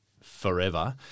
forever